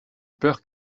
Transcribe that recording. peur